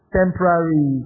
temporary